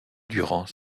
durant